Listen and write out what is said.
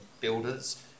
builders